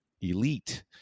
elite